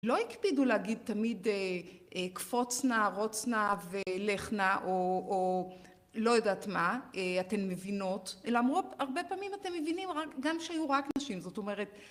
לא הקפידו להגיד תמיד קפוצנה, רוצנה ולכנה או לא יודעת מה, אתן מבינות, אלא אומרות, הרבה פעמים אתם מבינים גם שהיו רק נשים, זאת אומרת